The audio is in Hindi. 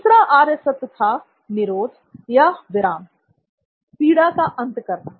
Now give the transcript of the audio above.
तीसरा सत्य था निरोध या विराम पीड़ा का अंत करना